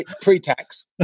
Pre-tax